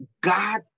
God